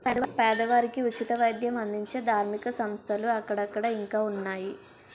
పేదవారికి ఉచిత వైద్యం అందించే ధార్మిక సంస్థలు అక్కడక్కడ ఇంకా ఉన్నాయి